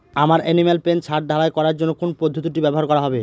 আমার animal pen ছাদ ঢালাই করার জন্য কোন পদ্ধতিটি ব্যবহার করা হবে?